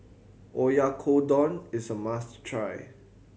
Oyakodon is a must try